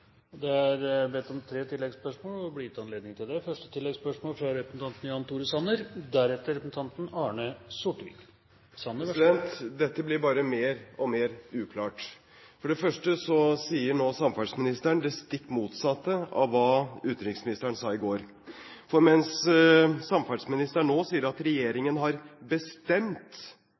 Det er bedt om og blir gitt anledning til tre oppfølgingsspørsmål – først Jan Tore Sanner. Dette blir bare mer og mer uklart. For det første sier nå samferdselsministeren det stikk motsatte av hva utenriksministeren sa i går. For mens samferdselsministeren nå sier at regjeringen har bestemt